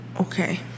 okay